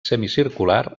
semicircular